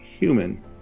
human